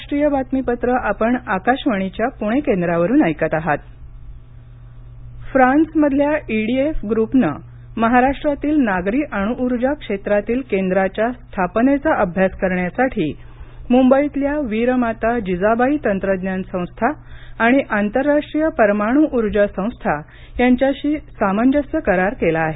अणु ऊर्जा फ्रान्समधल्या ई डी एफ ग्रुपने महाराष्ट्रातील नागरी अणुउर्जा क्षेत्रातील केंद्राच्या स्थापनेचा अभ्यास करण्यासाठी मुंबईतल्या वीरमाता जिजाबाई तंत्रज्ञान संस्था आणि आंतरराष्ट्रीय परमाणु ऊर्जा संस्था यांच्याशी सामंजस्य करार केला आहे